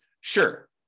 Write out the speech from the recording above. Sure